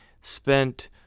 spent